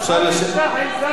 חברת הכנסת